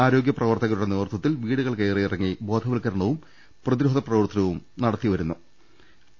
ആരോഗ്യ പ്രവർത്തകരുടെ നേതൃത്വത്തിൽ വീടുകൾ കയറിയറങ്ങി ബോധവത്കരണവും പ്രതിരോധ പ്രവർത്തനവും നടത്തുകയും ചെയ്യുന്നുണ്ട്